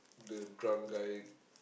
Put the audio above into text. the drunk guy